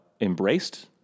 embraced